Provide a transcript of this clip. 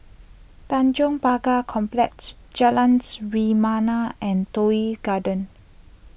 Tanjong Pagar Complex Jalans Rebana and Toh Yi Garden